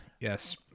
yes